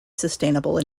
sustainable